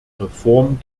reform